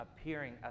appearing